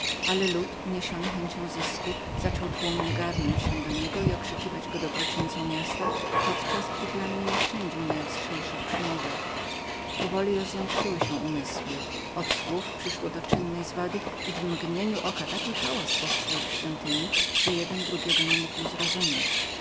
ale lud uniesiony chęcią zysku zaczął tłumnie garnąć się do niego i okrzykiwać go dobroczyńcą miasta podczas gdy dla mnie nie szczędził najostrzejszych przymówek powoli rozjątrzyły się umysły od słów przyszło do czynnej zwady i w mgnieniu oka taki hałas powstał w świątyni że jeden drugiego nie mógł zrozumieć